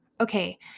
Okay